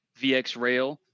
VxRail